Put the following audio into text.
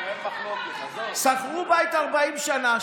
שכרו בית 40 שנה,